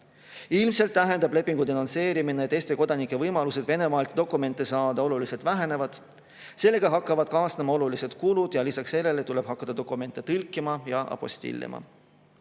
Ilmselt tähendab lepingu denonsseerimine, et Eesti kodanike võimalus Venemaalt dokumente saada oluliselt väheneb, sellega hakkavad kaasnema olulised kulud ja lisaks sellele tuleb hakata dokumente tõlkima ja apostillima.